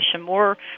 more